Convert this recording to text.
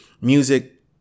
Music